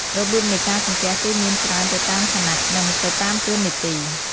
របៀបនៃការសំពះគឺមានច្រើនទៅតាមឋានៈនិងទៅតាមតួនាទី។